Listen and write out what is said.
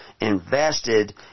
invested